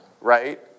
right